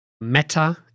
Meta